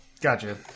Gotcha